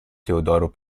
teodoro